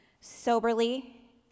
soberly